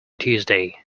tuesday